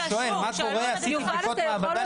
אני שואל מה קורה אם עשיתי בדיקות מעבדה